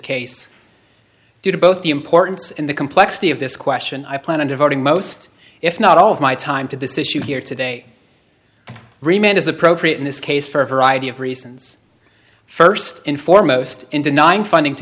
case due to both the importance and the complexity of this question i plan to devoting most if not all of my time to this issue here today remain as appropriate in this case for a variety of reasons first and foremost in denying funding to